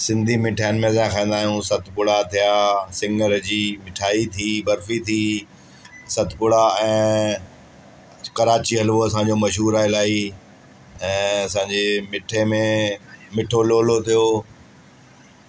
सिंधी मिठाइनि में असां खाईंदा आहियूं सतपुड़ा थिया सिङर जी मिठाई बर्फी थी सतपुड़ा ऐं कराची हलवो असांजो मशहूरु आहे इलाही ऐं असांजे मिठे में मिठो लोलो थियो